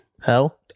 Hell